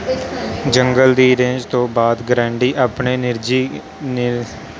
ਜੰਗਲ ਦੀ ਰੇਂਜ ਤੋਂ ਬਾਅਦ ਗ੍ਰੈਂਡੀ ਆਪਣੇ ਨਿਰਜੀ ਨਿਰ